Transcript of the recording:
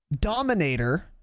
Dominator